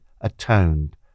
atoned